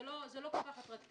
זה לא כל כך אטרקטיבי,